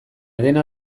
dena